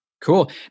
cool